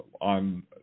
on